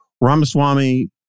Ramaswamy